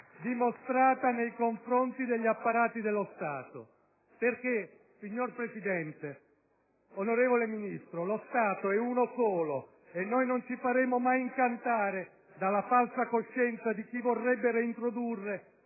dimostrata nei confronti degli apparati dello Stato. Perché, signor Presidente, onorevole Ministro, lo Stato è uno solo, e noi non ci faremo mai incantare dalla falsa coscienza di chi vorrebbe reintrodurre